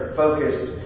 focused